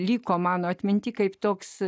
liko mano atmintyje kaip toks